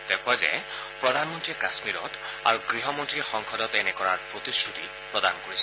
তেওঁ কয় যে প্ৰধানমন্ত্ৰীয়ে কাশ্মীৰত আৰু গহ মন্ত্ৰীয়ে সংসদত এনে কৰাৰ প্ৰতিশ্ৰুতি প্ৰদান কৰিছিল